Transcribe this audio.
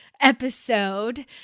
episode